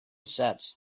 sets